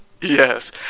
Yes